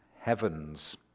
heavens